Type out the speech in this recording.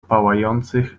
pałających